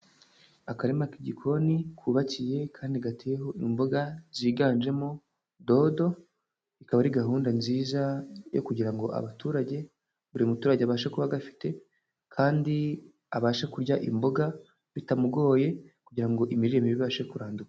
Akarima k'igikoni, kubakiye, kandi gateyeho imboga ziganjemo dodo , ikaba ari gahunda nziza, yo kugira ngo abaturage, buri muturage abashe kuba agafite , kandi abashe kurya imboga bitamugoye, kugira ngo imirire mibi ibashe kuranduka.